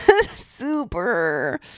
Super